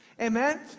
Amen